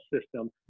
system